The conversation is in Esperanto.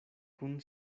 kun